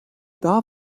daha